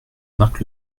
marc